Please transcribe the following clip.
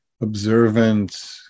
observant